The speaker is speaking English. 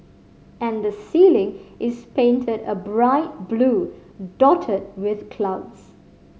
and the ceiling is painted a bright blue dotted with clouds